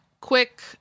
quick